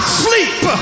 sleep